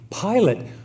Pilate